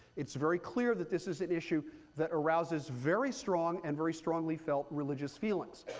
it's very clear that this is an issue that arouses very strong and very strongly felt religious feelings.